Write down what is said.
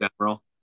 general